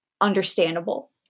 understandable